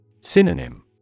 Synonym